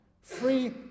free